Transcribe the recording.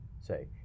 say